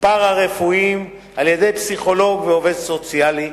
פארה-רפואיים על-ידי פסיכולוג ועובד סוציאלי,